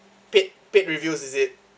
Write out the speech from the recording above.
paid paid reviews is it